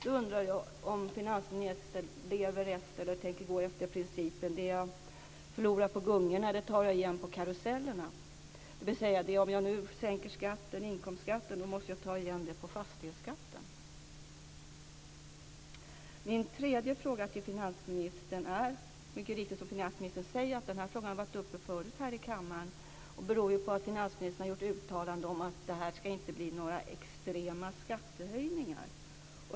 Jag undrar då om finansministern tänker gå efter principen att det man förlorar på gungorna tar man igen på karusellen, dvs. om man sänker inkomstskatten måste man ta igen det på fastighetsskatten. Jag har en tredje fråga till finansministern. Som finansministern mycket riktigt säger har frågan varit uppe förut här i kammaren. Det beror på att finansministern har gjort uttalanden om att det inte ska bli några extrema skattehöjningar.